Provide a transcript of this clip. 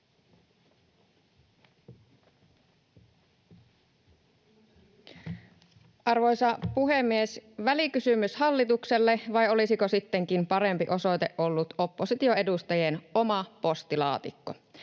Arvoisa puhemies! Välikysymys hallitukselle, vai olisiko sittenkin parempi osoite ollut oppositioedustajien oma postilaatikko?